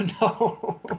No